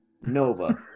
Nova